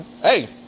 hey